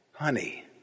Honey